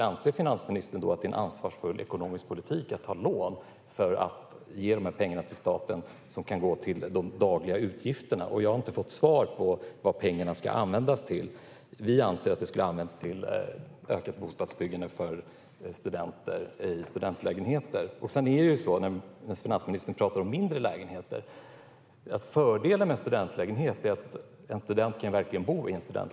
Anser finansministern då att det är en ansvarsfull ekonomisk politik att de ska ta lån för att kunna ge dessa pengar till staten, pengar som kan gå till de dagliga utgifterna? Jag har inte fått svar på vad pengarna ska användas till. Vi anser att de skulle ha använts till ett ökat byggande av studentlägenheter. Finansministern talar om mindre lägenheter. Fördelen med en studentlägenhet är att en student verkligen kan bo i en sådan.